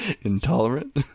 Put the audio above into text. Intolerant